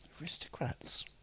Aristocrats